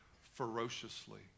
ferociously